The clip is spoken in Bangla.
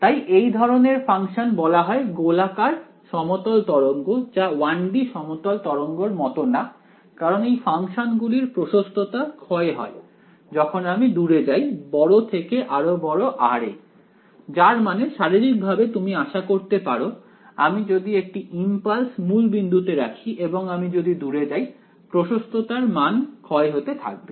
তাই এই ধরনের ফাংশন বলা হয় গোলাকার সমতল তরঙ্গ যা 1 D সমতল তরঙ্গের মতো না কারণ এই ফাংশন গুলির প্রশস্ততা ক্ষয় হয় যখন আমি দূরে যাই বড় থেকে আরও বড় r এ যার মানে শারীরিকভাবে তুমি আশা করতে পারো আমি যদি একটি ইম্পালস মূলবিন্দুতে রাখি এবং আমি যদি দূরে যাই প্রশস্ততার মান ক্ষয় হতে থাকবে